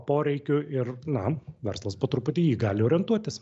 poreikių ir na verslas po truputį į jį gali orientuotis